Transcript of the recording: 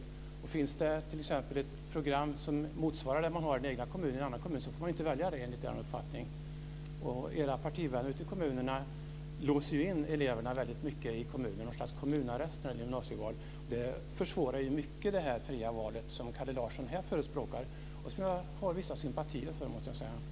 Om det t.ex. i en annan kommun finns ett program som motsvarar det som finns i den egna kommunen, får man enligt er uppfattning inte välja det. Era partivänner ute i kommunerna låser ju in eleverna väldigt mycket i gymnasievalet i kommunerna, i ett slags kommunarrest. Det försvårar i hög grad det fria val som Kalle Larsson här förespråkar och som jag måste säga att jag har vissa sympatier för.